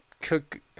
cook